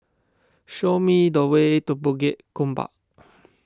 show me the way to Bukit Gombak